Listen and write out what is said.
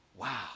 Wow